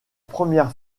première